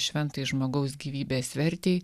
šventai žmogaus gyvybės vertei